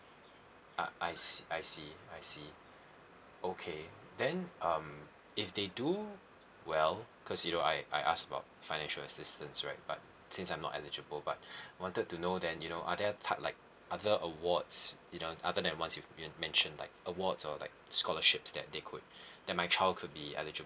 uh I see I see I see okay then um if they do well because you know I I ask about financial assistance right but since I'm not eligible but wanted to know then you know are there type like other awards you know other than ones you you mentioned like awards or like scholarships that they could that my child could be eligible